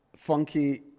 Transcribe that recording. Funky